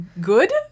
good